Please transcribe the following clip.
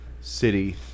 City